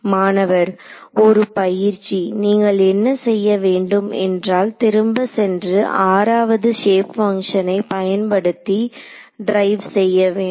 மாணவர் ஒரு பயிற்சி நீங்கள் என்ன செய்ய வேண்டும் என்றால் திரும்ப சென்று 6 வது ஷேப் பங்க்ஷனை பயன்படுத்தி டிரைவ் செய்ய வேண்டும்